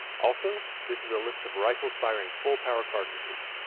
also, this is a list of rifles firing full-power cartridges,